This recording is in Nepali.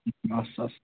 हवस् हवस्